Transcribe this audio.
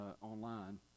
online